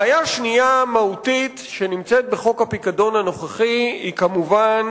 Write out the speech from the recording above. בעיה שנייה מהותית שנמצאת בחוק הפיקדון הנוכחי היא כמובן